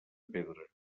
pedra